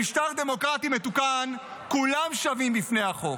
במשטר דמוקרטי מתוקן כולם שווים בפני החוק.